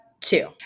two